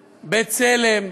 "בצלם",